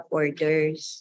orders